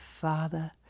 father